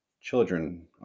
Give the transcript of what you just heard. children